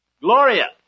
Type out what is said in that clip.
Gloria